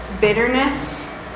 bitterness